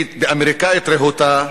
באמריקנית רהוטה,